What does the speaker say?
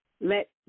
Let